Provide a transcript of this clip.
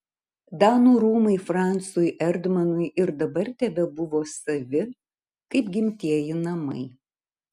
danų rūmai francui erdmanui ir dabar tebebuvo savi kaip gimtieji namai